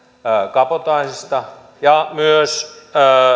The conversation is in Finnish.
kabotaasista ja myös